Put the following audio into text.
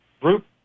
group